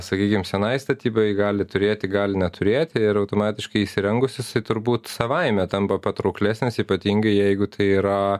sakykim senai statybai gali turėti gali neturėti ir automatiškai įsirengus jisai turbūt savaime tampa patrauklesnis ypatingai jeigu tai yra